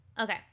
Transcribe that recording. okay